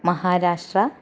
Maharashtra